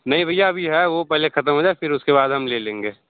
नहीं भैया अभी है वो पहले खत्म हो जाये फिर उसके बाद हम ले लेंगे